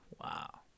Wow